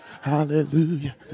hallelujah